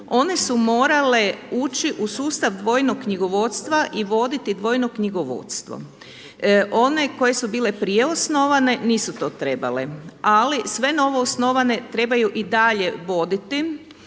One su morale ući u sustav dvojnog knjigovodstva i voditi dvojno knjigovodstvo. One koje su bile prije osnovane nisu to trebale, ali sve novoosnovane trebaju i dalje voditi